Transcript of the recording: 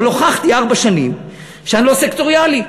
אבל הוכחתי ארבע שנים שאני לא סקטוריאלי,